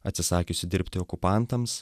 atsisakiusi dirbti okupantams